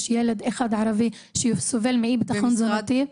יש ילד אחד ערבי שסובל מאי-ביטחון תזונתי.